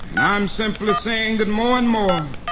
i'm simply saying that more and more,